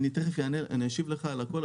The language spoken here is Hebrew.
אני אשיב לך על הכול,